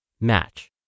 match